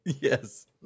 yes